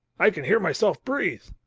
i can hear myself breathe.